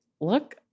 look